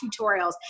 tutorials